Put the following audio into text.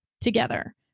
together